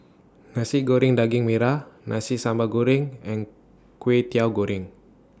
Nasi Goreng Daging Merah Nasi Sambal Goreng and Kway Teow Goreng